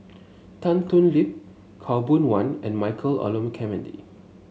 Tan Thoon Lip Khaw Boon Wan and Michael Olcomendy